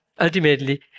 ultimately